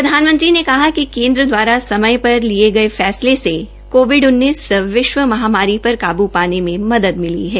प्रधानमंत्री ने कहा कि केन्द्र द्वारा समय पर फैसला लेने से कोविड की विश्व महामारी पर काबू पाने में मदद मिली है